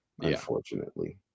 Unfortunately